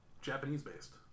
Japanese-based